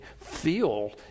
feel